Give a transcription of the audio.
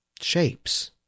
shapes